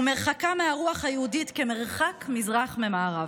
ומרחקה מהרוח היהודית כמרחק מזרח ממערב.